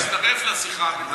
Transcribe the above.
שנוכל להצטרף לשיחה.